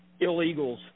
illegals